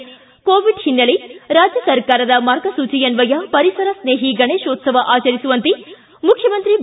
ಿಗಿ covid ಹಿನ್ನೆಲೆ ರಾಜ್ಯ ಸರ್ಕಾರದ ಮಾರ್ಗಸೂಚಿಯನ್ವಯ ಪರಿಸರ ಸ್ನೇಹಿ ಗಣೇಶೋತ್ಸವ ಆಚರಿಸುವಂತೆ ಮುಖ್ಯಮಂತ್ರಿ ಬಿ